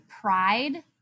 pride